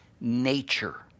nature